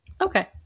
Okay